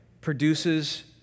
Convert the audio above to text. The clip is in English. produces